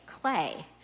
clay